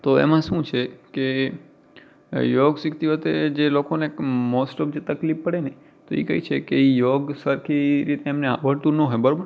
તો એમાં શું છે કે યોગ શીખતી વખતે જે લોકોને મોસ્ટ ઑફ જે તકલીફ પડે ને તો એ કઈ છે કે યોગ સરખી રીતે એમને આવડતું ન હોય બરાબર